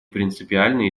принципиальной